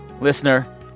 Listener